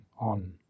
on